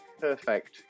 Perfect